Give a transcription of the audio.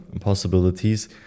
possibilities